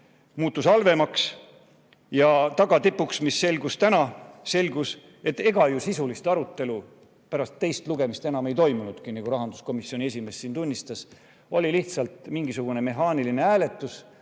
Muutus halvemaks. Tagatipuks, mis selgus täna? Selgus, et sisulist arutelu pärast teist lugemist ei toimunud, nagu rahanduskomisjoni esimees tunnistas. Oli lihtsalt mingisugune mehaaniline hääletus,